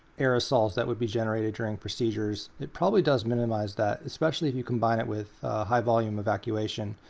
aerosols that would be generated during procedures. it probably does minimize that, especially if you combine it with high-volume evacuation.